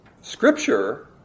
scripture